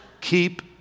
keep